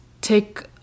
take